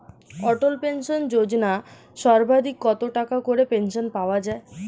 অটল pension Yojana সর্বাধিক কত টাকা করে পেনশন পাওয়া যায়?